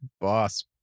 boss